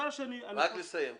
לסיים בבקשה,